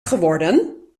geworden